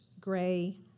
gray